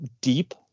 deep